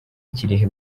kirehe